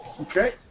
Okay